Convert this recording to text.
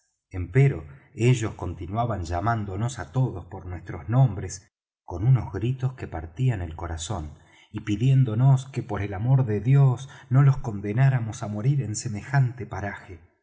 encontrarlas empero ellos continuaban llamándonos á todos por nuestros nombres con unos gritos que partían el corazón y pidiéndonos que por el amor de dios no los condenáramos á morir en semejante paraje